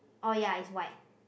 oh ya is white